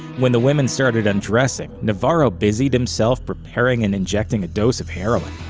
when the women started undressing, navarro busied himself preparing and injecting a dose of heroin.